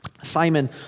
Simon